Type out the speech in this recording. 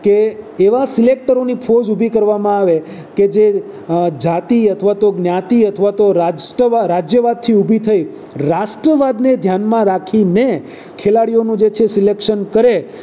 કે એવા સિલેક્ટરોની ફોજ ઉભી કરવામાં આવે કે જે જાતિ અથવા તો જ્ઞાતિ અથવા તો રાષ્ટ્રવાદ રાજ્યમાંથી ઊભી થઈ રાષ્ટ્રવાદને ધ્યાનમાં રાખીને ખેલાડીઓનું જે છે સિલેક્શન કરે